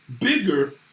bigger